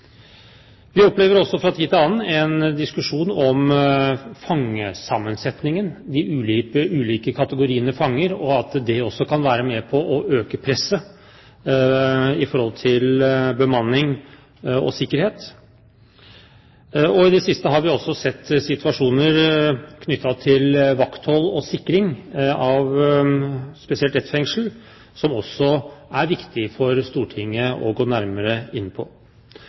Vi opplever også fra tid til annen en diskusjon om fangesammensetningen, de ulike kategoriene fanger, og at det også kan være med på å øke presset på bemanning og sikkerhet. I det siste har vi også sett situasjoner knyttet til vakthold og sikring av spesielt ett fengsel, noe det også er viktig for Stortinget å gå nærmere inn på.